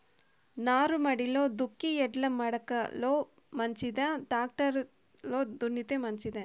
నారుమడిలో దుక్కి ఎడ్ల మడక లో మంచిదా, టాక్టర్ లో దున్నితే మంచిదా?